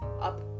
up